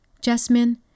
Jasmine